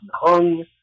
hung